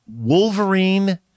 Wolverine